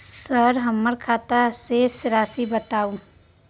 Sir हमर खाता के शेस राशि बताउ?